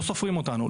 לא סופרים אותנו,